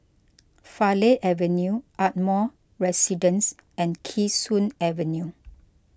Farleigh Avenue Ardmore Residence and Kee Sun Avenue